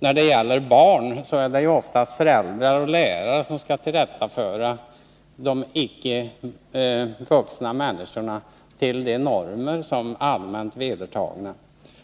När det gäller barn är det oftast föräldrar och lärare som skall tillrättaföra dem, de icke vuxna människorna, till de normer som är allmänt vedertagna,